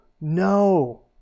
no